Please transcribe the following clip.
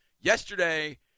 Yesterday